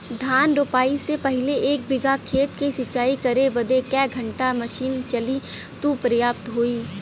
धान रोपाई से पहिले एक बिघा खेत के सिंचाई करे बदे क घंटा मशीन चली तू पर्याप्त होई?